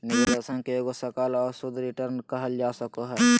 निवेश प्रदर्शन के एगो सकल और शुद्ध रिटर्न कहल जा सको हय